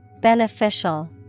Beneficial